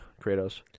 Kratos